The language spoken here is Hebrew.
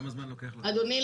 אדוני,